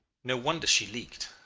no wonder she leaked.